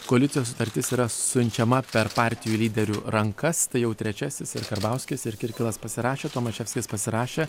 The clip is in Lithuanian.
koalicijos sutartis yra siunčiama per partijų lyderių rankas tai jau trečiasis ir karbauskis ir kirkilas pasirašė tomaševskis pasirašė